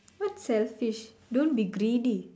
what selfish don't be greedy